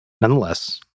Nonetheless